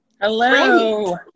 Hello